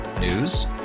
News